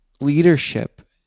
leadership